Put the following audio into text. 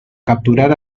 capturar